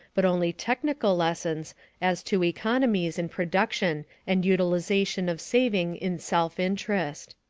but only technical lessons as to economies in production and utilization of saving in self-interest.